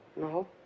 No